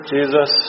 Jesus